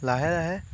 লাহে লাহে